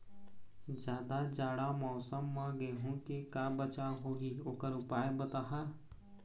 जादा जाड़ा मौसम म गेहूं के का बचाव होही ओकर उपाय बताहा?